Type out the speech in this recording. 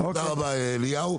תודה רבה לאליהו,